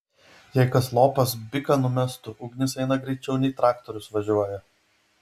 jei kas lopas biką numestų ugnis eina greičiau nei traktorius važiuoja